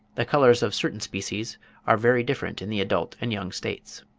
the colours of certain species are very different in the adult and young states.